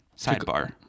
Sidebar